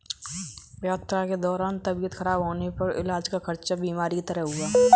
यात्रा के दौरान तबियत खराब होने पर इलाज का खर्च बीमा के तहत हुआ